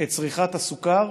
את צריכת הסוכר